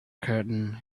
curtain